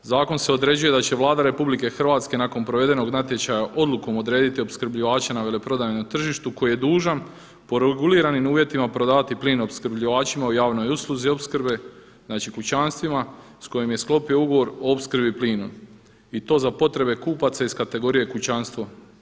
Zakon se određuje da će Vlade RH nakon provedenog natječaja odlukom odrediti opskrbljivače na veleprodajnom tržištu koji je dužan po reguliranim uvjetima prodavati plin opskrbljivačima u javnoj usluzi opskrbe, znači kućanstvima s kojim je sklopio ugovor o opskrbi plinom i to za potrebe kupaca iz kategorije kućanstvo.